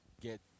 get